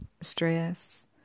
stress